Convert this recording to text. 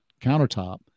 countertop